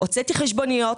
הוצאתי חשבוניות.